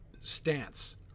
stance